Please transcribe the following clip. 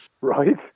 Right